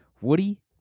Woody